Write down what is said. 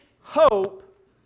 hope